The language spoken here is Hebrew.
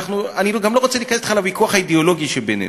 אני גם לא רוצה להיכנס אתך לוויכוח האידיאולוגי שבינינו.